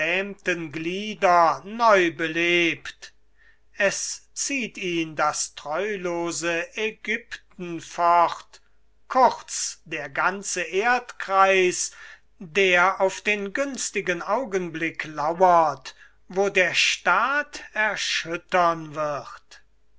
glieder neu belebt es zieht ihn das treulose aegypten fort kurz der ganze erdkreis der auf den günstigen augenblick lauert wo der staat erschüttern wird